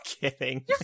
kidding